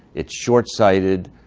it's short-sighted.